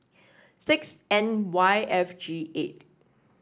six N Y F G eight